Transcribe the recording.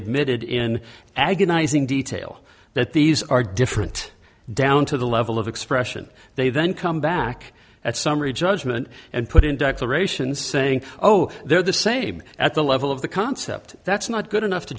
admitted in agonizing detail that these are different down to the level of expression they then come back at summary judgment and put in declarations saying oh they're the same at the level of the concept that's not good enough to